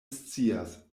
scias